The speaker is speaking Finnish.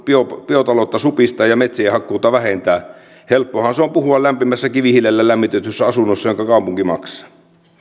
biotaloutta supistaa ja metsien hakkuuta vähentää helppohan se on puhua lämpimässä kivihiilellä lämmitetyssä asunnossa jonka kaupunki maksaa